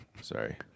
Sorry